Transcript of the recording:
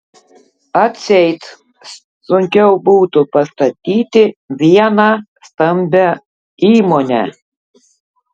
atseit sunkiau būtų pastatyti vieną stambią įmonę